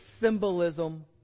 symbolism